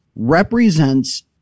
represents